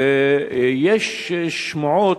ויש שמועות,